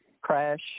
crash